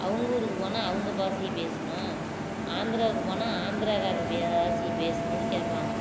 அவங்க ஊருக்கு போனால் அவங்க பாஷைய பேசணும் ஆந்திராவுக்கு போனால் ஆந்திரகாரருடைய பாஷைய பேசணுன்னு கேட்பாங்க